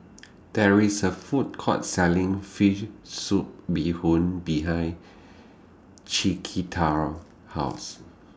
There IS A Food Court Selling Fish Soup Bee Hoon behind Chiquita's House